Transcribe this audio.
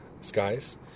skies